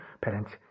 parents